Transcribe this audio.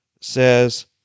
says